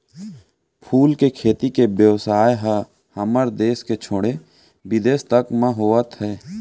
फूल के खेती के बेवसाय ह हमर देस के छोड़े बिदेस तक म होवत हे